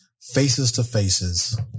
faces-to-faces